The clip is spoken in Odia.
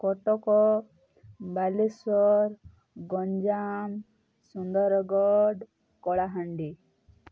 କଟକ ବାଲେଶ୍ୱର ଗଞ୍ଜାମ ସୁନ୍ଦରଗଡ଼ କଳାହାଣ୍ଡି